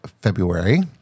February